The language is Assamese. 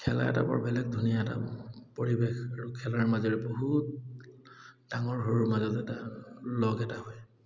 খেলা এটা বৰ বেলেগ ধুনীয়া এটা পৰিৱেশ আৰু খেলাৰ মাজেৰে বহুত ডাঙৰ সৰুৰ মাজত এটা লগ এটা হয়